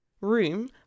room